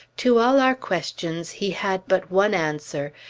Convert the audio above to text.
to all our questions, he had but one answer,